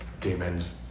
demons